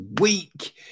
week